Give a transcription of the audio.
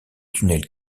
tunnel